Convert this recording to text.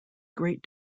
great